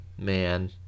man